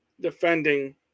defending